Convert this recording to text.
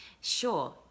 sure